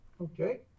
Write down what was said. Okay